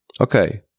Okay